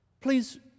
please